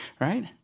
Right